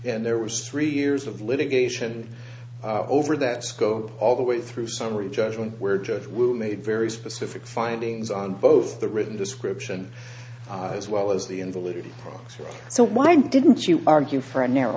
and there was three years of litigation over that scope all the way through summary judgment where judge will made very specific findings on both the written description as well as the invalidity proxy so why didn't you argue for a narrow